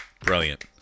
Brilliant